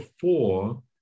four